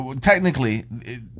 technically